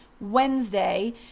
Wednesday